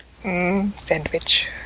Sandwich